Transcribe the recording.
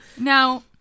Now